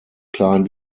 klein